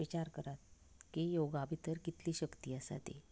विचार करात की योगा भितर कितली शक्ती आसा ती